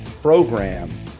program